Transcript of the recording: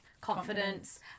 confidence